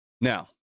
Now